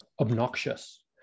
obnoxious